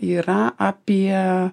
yra apie